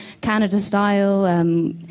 Canada-style